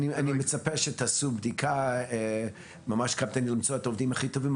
אני מצפה שתעשו בדיקה ממש קפדנית כדי למצוא את העובדים הכי טובים.